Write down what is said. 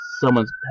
Someone's